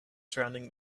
surrounding